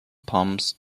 pumps